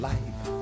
Life